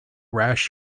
rash